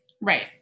Right